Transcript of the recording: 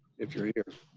if you're here.